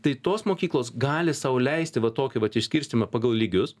tai tos mokyklos gali sau leisti va tokį vat išskirstymą pagal lygius